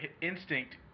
instinct